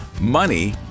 Money